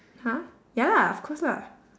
[huh] ya lah of course lah